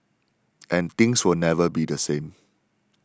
and things will never be the same